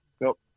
nope